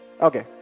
Okay